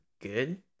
good